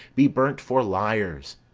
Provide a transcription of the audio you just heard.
be burnt for liars!